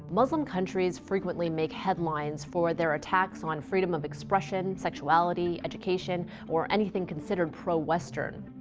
muslim countries frequently make headlines for their attacks on freedom of expression, sexuality, education, or anything considered pro-western.